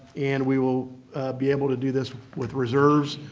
and we will be able to do this with reserves,